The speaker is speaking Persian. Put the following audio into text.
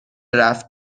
رفت